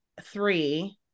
three